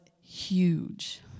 huge